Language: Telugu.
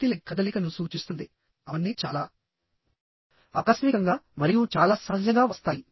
చేతి లెగ్ కదలికను సూచిస్తుంది అవన్నీ చాలా ఆకస్మికంగా మరియు చాలా సహజంగా వస్తాయి